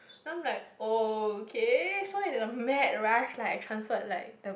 then I'm like okay so in the mad rush like I transferred like the